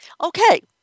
Okay